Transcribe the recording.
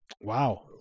Wow